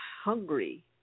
hungry